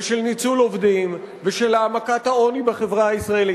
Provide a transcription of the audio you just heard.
של ניצול עובדים ושל העמקת העוני בחברה הישראלית.